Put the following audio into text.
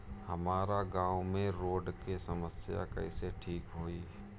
हमारा गाँव मे रोड के समस्या कइसे ठीक होई?